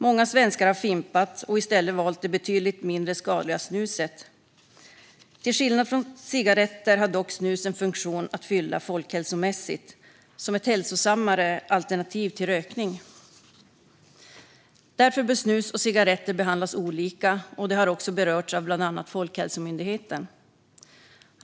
Många svenskar har fimpat och i stället valt det betydligt mindre skadliga snuset. Till skillnad från cigaretter har snus en funktion att fylla folkhälsomässigt som ett hälsosammare alternativ till rökning. Därför bör snus och cigaretter behandlas olika, vilket också har berörts av bland annat Folkhälsomyndigheten.